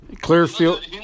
Clearfield